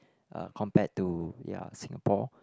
uh compared to ya Singapore